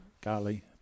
golly